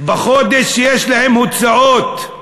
בחודש שיש להם הוצאות.